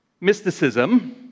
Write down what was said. Mysticism